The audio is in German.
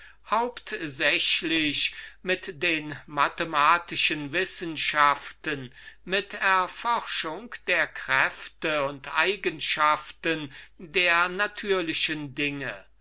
hauptsächlich mit den mathematischen wissenschaften mit erforschung der kräfte und eigenschaften der natürlichen dinge